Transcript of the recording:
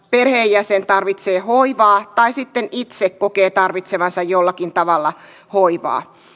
perheenjäsen tarvitsee hoivaa tai sitten itse kokee tarvitsevansa jollakin tavalla hoivaa